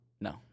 No